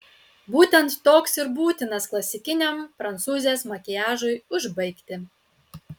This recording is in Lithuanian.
būtent toks ir būtinas klasikiniam prancūzės makiažui užbaigti